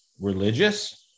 religious